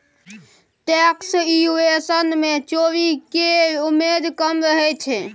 tax evasion मे चोरी केर उमेद कम रहय छै